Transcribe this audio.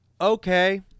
okay